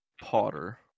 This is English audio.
Potter